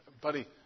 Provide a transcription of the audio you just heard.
buddy